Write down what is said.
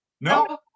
No